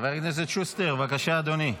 חבר הכנסת שוסטר, בבקשה, אדוני.